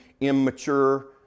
immature